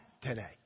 today